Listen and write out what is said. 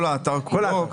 כל האתר כולו,